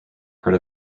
part